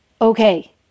okay